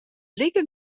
like